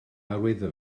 arwyddo